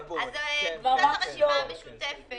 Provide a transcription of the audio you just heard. אחרי שנשלחה הדרישה ועברו 30 ימים